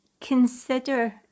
consider